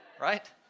right